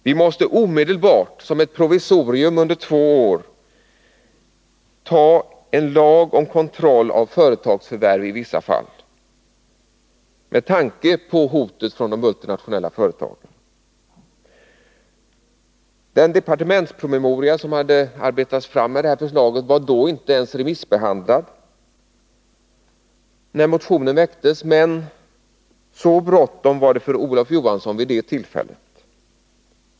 Vi måste omedelbart som ett provisorium under två år besluta om en lag om kontroll av företagsförvärv i vissa fall med tanke på hotet från de multinationella företagen. Den departementspromemoria som kommit med detta förslag var inte ens remissbehandlad när motionen väcktes, men så bråttom var det för Olof Johansson vid det tillfället.